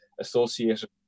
associated